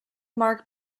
mark